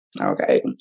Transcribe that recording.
okay